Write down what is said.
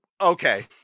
Okay